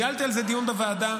ניהלתי על זה דיון בוועדה.